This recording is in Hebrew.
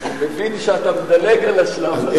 הוא הבין שאתה מדלג על השלב הזה.